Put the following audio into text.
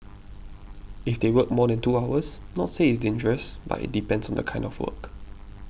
if they work more than two hours not say it's dangerous but it depends on the kind of work